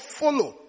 follow